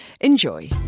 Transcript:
Enjoy